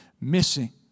missing